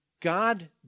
God